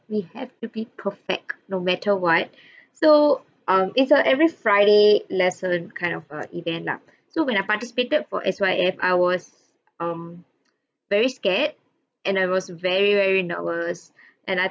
we have to be perfect no matter what so um it's a every friday lesson kind of um event lah so when I participated for S_Y_F I was um very scared and I was very very nervous and I